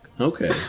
Okay